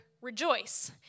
rejoice